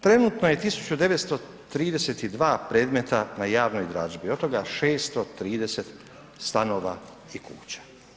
Trenutno je 1.932 predmeta na javnoj dražbi od toga 630 stanova i kuća.